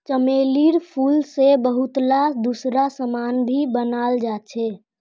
चमेलीर फूल से बहुतला दूसरा समान भी बनाल जा छे